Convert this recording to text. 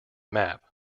map